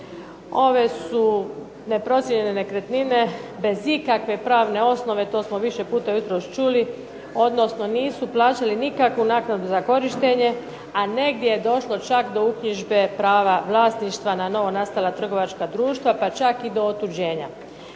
Ove su neprocijenjene nekretnine bez ikakve pravne osnove, to smo više puta jutros čuli, odnosno nisu plaćali nikakvu naknadu za korištenje. A negdje je došlo čak do uknjižbe prava vlasništva na novonastala trgovačka društva, pa čak i do otuđenja.